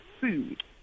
food